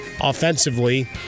Offensively